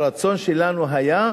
הרצון שלנו היה,